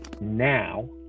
now